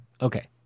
Okay